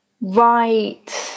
Right